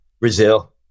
Brazil